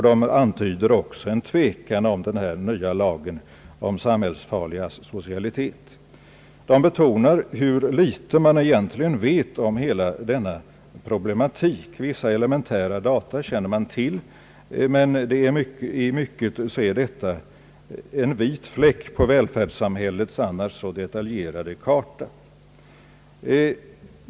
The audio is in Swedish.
De antyder också en tvekan om den här nya lagen om samhällsfarlig asocialitet. De betonar hur litet man egentligen vet om heia denna problematik. Vissa elementära data känner man till, men i mycket är detta en vit fläck på välfärdssamhällets annars så detaljerade karta.